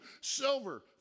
silver